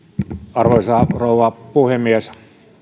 arvoisa rouva puhemies